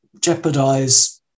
jeopardize